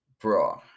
bro